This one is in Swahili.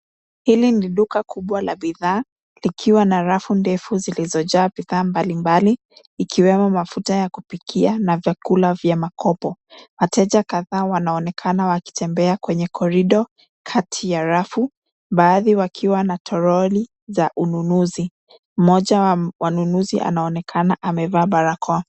Hili ni duka kubwa la bidhaa likiwa na rafu ndefu zilizojaa bidhaa, mbali mbali ikiwemo mafuta ya kupikia na vyakula vya makobo wateja kataa wanaonekana wakitembea kwenye korido kati ya rafu baadhi wakiwa na troli za ununuzi moja wa wanunuzi anaonekana amevaa barakoa.